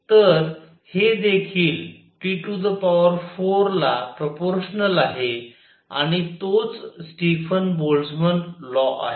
तर हे देखील T4 ला प्रपोर्शनल आहे आणि तोच स्टीफन बोल्टझ्मन लॉ आहे